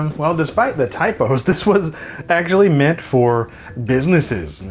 um well despite the typos, this was actually meant for businesses.